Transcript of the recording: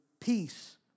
peace